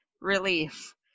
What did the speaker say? relief